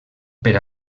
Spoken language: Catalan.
per